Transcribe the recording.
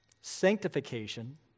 sanctification